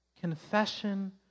Confession